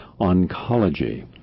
Oncology